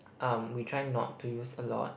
um we try not to use a lot